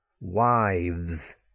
Wives